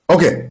Okay